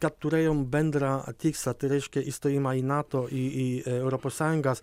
kat turėjom bendrą tikslą tai reiškia įstojimą į nato į į europos sąjungas